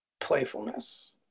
playfulness